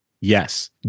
Yes